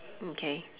okay